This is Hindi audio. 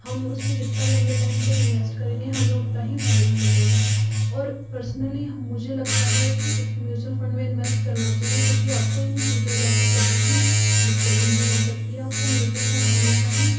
हम उसपे जितता लंबे टाइम तक इन्वेस्ट करेंगे हमें उतना ही फायदा मिलेगा और पर्सनली मुझे लगता है कि म्यूचूअल फंड में इन्वेस्ट करना चाहिए क्योंकि आपको इन फ्यूचर जाकर कभी भी दिक्कत नहीं आ सकती आपको म्यूचूअल फंड हमेशा ही